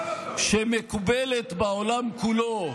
שמקובלת בעולם כולו,